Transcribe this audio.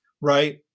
Right